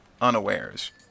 unawares